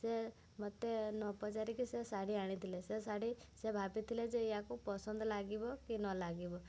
ସେ ମୋତେ ନ ପଚାରିକି ସେ ଶାଢ଼ୀ ଆଣିଥିଲେ ସେ ଶାଢ଼ୀ ସେ ଭାବିଥିଲେ ଯେ ୟାକୁ ପସନ୍ଦ ଲାଗିବ କି ନ ଲାଗିବ